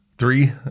Three